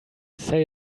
say